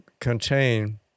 contain